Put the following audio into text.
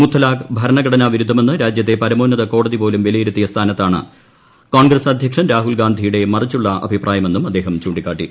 മുത്തലാഖ് ഭരണഘടനാവിരുദ്ധമെന്ന് രാജ്യത്തെ പരമോന്നത കോടതി പോലും വിലയിരുത്തിയ സ്ഥാനത്താണ് പ്രകോൺഗ്രസ് അധ്യക്ഷൻ രാഹുൽഗാന്ധിയുടെ മറിച്ചുള്ള അഭിപ്രായമെന്നും അദ്ദേഹം ചൂണ്ടിക്കാട്ടി